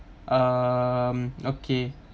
um okay